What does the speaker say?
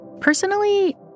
Personally